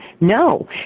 No